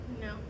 No